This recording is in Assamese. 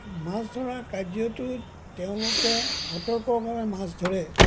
মাছ ধৰা কাৰ্যটোত তেওঁলোকে সতৰ্কভাৱে মাছ ধৰে